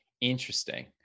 Interesting